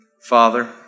Father